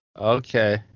Okay